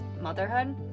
motherhood